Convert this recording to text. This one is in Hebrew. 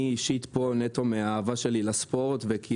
אני אישית פה נטו מן האהבה שלי לספורט וכי